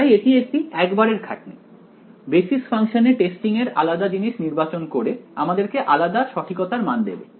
তাই এটি একটি একবারের খাটনি বেসিস ফাংশনে টেস্টিং এর আলাদা জিনিস নির্বাচন করে আমাদেরকে আলাদা সঠিকতার মান দেবে